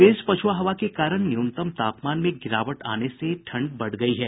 तेज पछुआ हवा के कारण न्यूनतम तापमान में गिरावट आने से ठंड बढ़ गयी है